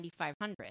$9,500